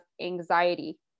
anxiety